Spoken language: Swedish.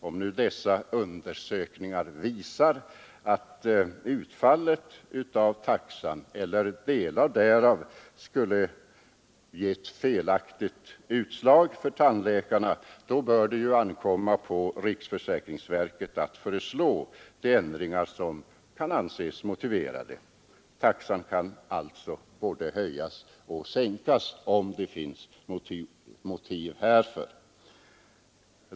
Om nu dessa undersökningar visar att taxan eller delar därav skulle ge ett felaktigt utslag för tandläkarna bör det ankomma på riksförsäkringsverket att föreslå de ändringar som kan anses motiverade. Taxan kan alltså både höjas och sänkas om det finns motiv härför.